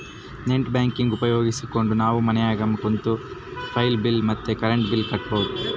net banking ಉಪಯೋಗಿಸ್ಕೆಂಡು ನಾವು ಮನ್ಯಾಗ ಕುಂತು ವೈಫೈ ಬಿಲ್ ಮತ್ತೆ ಕರೆಂಟ್ ಬಿಲ್ ಕಟ್ಬೋದು